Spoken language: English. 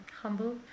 humble